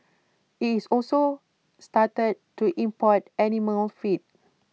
IT has also started to import animal feed